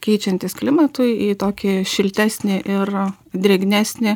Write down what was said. keičiantis klimatui į tokį šiltesnį ir drėgnesnį